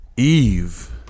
Eve